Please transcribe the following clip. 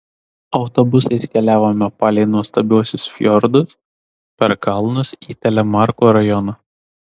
autobusais keliavome palei nuostabiuosius fjordus per kalnus į telemarko rajoną